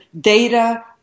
data